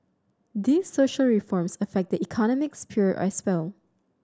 these social reforms affect the economic sphere as well